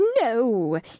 No